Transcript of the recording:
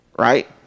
Right